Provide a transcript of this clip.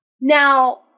Now